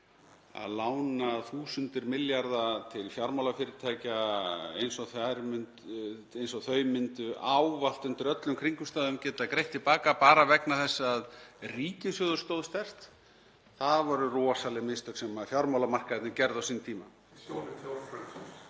að þúsundir milljarða voru lánaðir til fjármálafyrirtækja eins og þau myndu ávallt undir öllum kringumstæðum geta greitt til baka bara vegna þess að ríkissjóður stóð sterkt. Það voru rosaleg mistök sem fjármálamarkaðirnir gerðu á sínum tíma.